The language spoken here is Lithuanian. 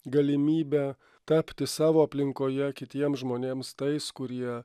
galimybę tapti savo aplinkoje kitiems žmonėms tais kurie